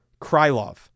Krylov